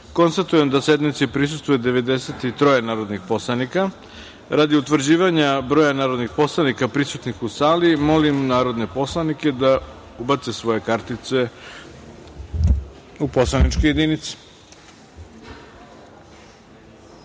konstatujem da sednici prisustvuje 93 narodna poslanika. Radi utvrđivanja broja narodnih poslanika prisutnih u sali, molim narodne poslanike da ubace svoje kartice u poslaničke